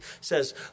says